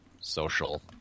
social